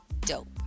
dope